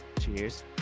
Cheers